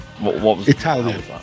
italian